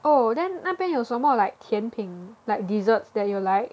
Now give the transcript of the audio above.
oh then 那边有什么 like 甜品 like desserts that you like